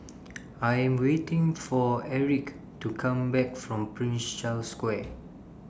I Am waiting For Enrique to Come Back from Prince Charles Square